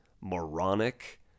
moronic